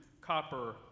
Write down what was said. copper